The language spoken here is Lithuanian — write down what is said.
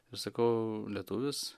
ir sakau lietuvis